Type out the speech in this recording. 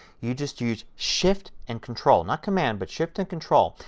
you just use shift and control, not command, but shift and control.